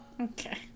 Okay